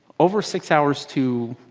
over six hours to,